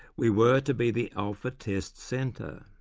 we were to be the alpha test centre.